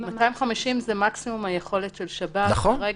250 זה מקסימום היכולת של שב"ס כרגע.